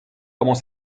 comment